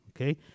okay